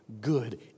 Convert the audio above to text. good